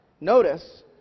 Notice